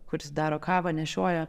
kuris daro kavą nešioja